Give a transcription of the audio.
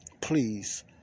please